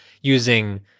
using